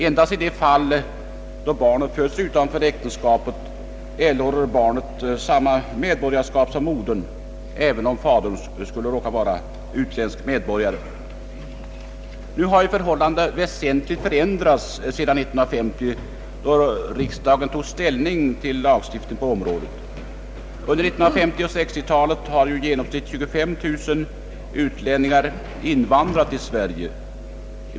Endast i de fall barnen föds utanför äktenskapet erhåller barnen samma medborgarskap som modern, även om fadern skulle råka vara utländsk medborgare. Nu har förhållandena väsentligt ändrats sedan 1950, då riksdagen tog ställning till lagstiftningen på området. Under 1950-talet och 1960-talet har i genomsnitt 25 000 utlänningar invandrat till Sverige.